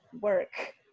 work